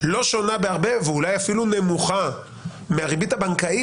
לא שונה בהרבה ואולי אפילו נמוכה מהריבית הבנקאית,